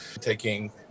taking